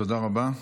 תודה רבה.